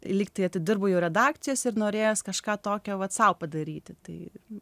lygtai atidirbau jau redakcijose ir norėjos kažką tokio vat sau padaryti tai